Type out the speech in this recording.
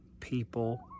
people